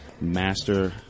master